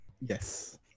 Yes